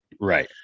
Right